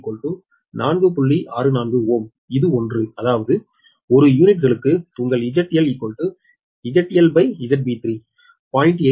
64Ω இது ஒன்று அதாவது ஒரு யூனிட்டுகளுக்கு உங்கள் ZLyour ZLZB3 𝟎